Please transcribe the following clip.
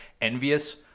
envious